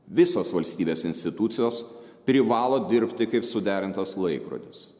visos valstybės institucijos privalo dirbti kaip suderintas laikrodis